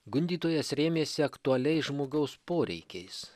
gundytojas rėmėsi aktualiais žmogaus poreikiais